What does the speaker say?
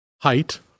height